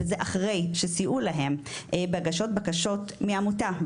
וזה אחרי שסייעו להם בהגשות בקשות מעמותה,